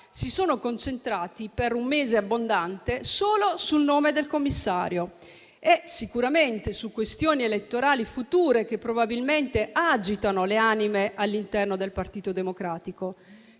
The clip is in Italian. si sono concentrati per un mese abbondante solo sul nome del commissario e, sicuramente, su questioni elettorali future che probabilmente agitano le anime all'interno del Partito Democratico.